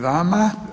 vama.